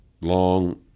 long